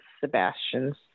Sebastian's